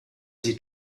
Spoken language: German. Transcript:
sie